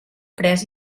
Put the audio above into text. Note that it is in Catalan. pres